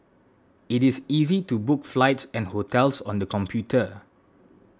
it is easy to book flights and hotels on the computer